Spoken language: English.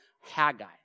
Haggai